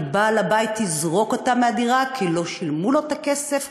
כי בעל הבית יזרוק אותם מהדירה כי לא שילמו לו את הכסף,